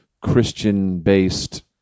Christian-based